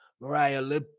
Mariah